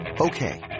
Okay